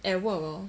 at work hor